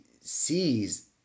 sees